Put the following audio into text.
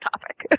topic